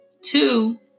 Two